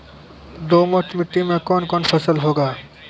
दोमट मिट्टी मे कौन कौन फसल होगा?